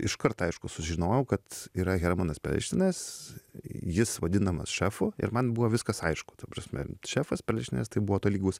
iškart aišku sužinojau kad yra hermanas perelšteinas jis vadinamas šefu ir man buvo viskas aišku ta prasme šefas perelšteinas tai buvo tolygus